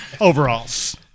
overalls